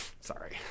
sorry